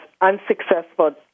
unsuccessful